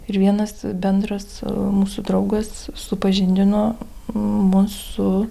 ir vienas bendras mūsų draugas su supažindino mus su